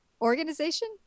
Organization